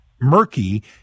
murky